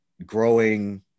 growing